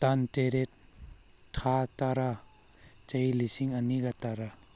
ꯇꯥꯡ ꯇꯔꯦꯠ ꯊꯥ ꯇꯔꯥ ꯆꯍꯤ ꯂꯤꯁꯤꯡ ꯑꯅꯤꯒ ꯇꯔꯥ